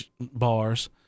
bars